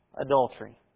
adultery